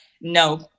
no